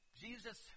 Jesus